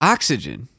Oxygen